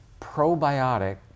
probiotic